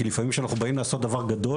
כי לפעמים כשאנחנו באים לעשות דבר גדול,